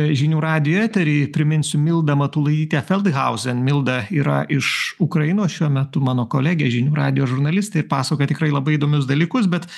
žinių radijo etery priminsiu milda matulaitytė feldhausen milda yra iš ukrainos šiuo metu mano kolegė žinių radijo žurnalistė ir pasakoja tikrai labai įdomius dalykus bet